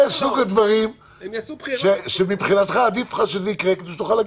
זה מסוג הדברים שמבחינתך עדיף לך שזה ייקרה כי פשוט תוכל להגיד,